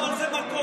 הלכנו על זה מכות.